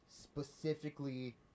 specifically